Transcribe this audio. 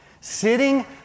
sitting